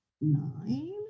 nine